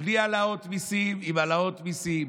בלי העלאות מיסים עם העלאות מיסים,